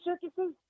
circuses